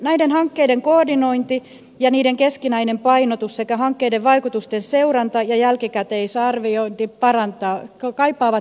näiden hankkeiden koordinointi ja niiden keskinäinen painotus sekä hankkeiden vaikutusten seuranta ja jälkikäteisarviointi kaipaavat parantamista